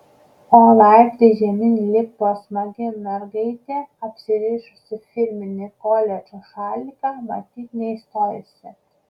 o laiptais žemyn lipo smagi mergaitė apsirišusi firminį koledžo šaliką matyt neįstojusi